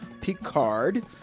Picard